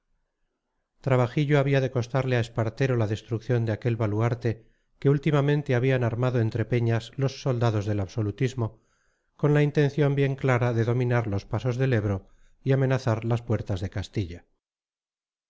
trabajillo había de costarle a espartero la destrucción de aquel baluarte que últimamente habían armado entre peñas los soldados del absolutismo con la intención bien clara de dominar los pasos del ebro y amenazar las puertas de castilla